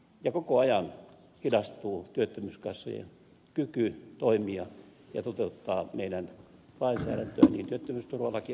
ja koko ajan hidastuu työttömyyskassojen kyky toimia ja toteuttaa meidän lainsäädäntöämme niin työttömyysturvalakia kuin myös työttömyyskassalakia